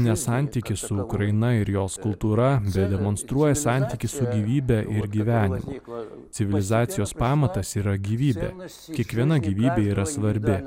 ne santykius su ukraina ir jos kultūra bet demonstruoja santykį su gyvybe ir gyvenimu civilizacijos pamatas yra gyvybė kiekviena gyvybė yra svarbi